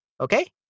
Okay